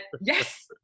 yes